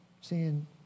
seeing